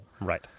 Right